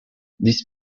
this